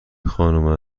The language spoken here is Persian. خانم